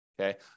okay